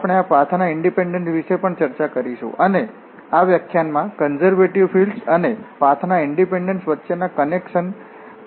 તેથી આપણે પાથના ઇન્ડીપેંડન્સ વિશે પણ ચર્ચા કરીશું અને આ વ્યાખ્યાનમાં આ કન્ઝર્વેટિવ ફીલ્ડ્સ અને પાથના ઇન્ડીપેંડન્સ વચ્ચેના કનેક્શનનું શોધવામાં આવશે